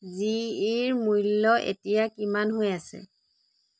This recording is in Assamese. জি ই ৰ মূল্য এতিয়া কিমান হৈ আছে